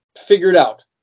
figured-out